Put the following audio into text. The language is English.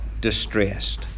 distressed